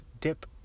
dip